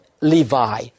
Levi